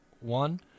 one